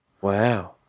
Wow